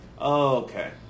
Okay